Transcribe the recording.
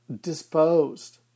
disposed